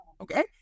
Okay